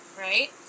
right